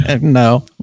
No